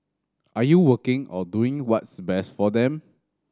are you working or doing what's best for them